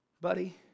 Buddy